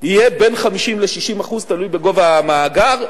יהיה בין 50% ל-60%, תלוי בגובה המאגר.